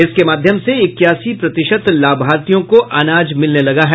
इसके माध्यम से इक्यासी प्रतिशत लाभार्थियों को अनाज मिलने लगा है